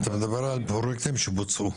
אתה מדבר על פרויקטים שבוצעו?